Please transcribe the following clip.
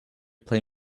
play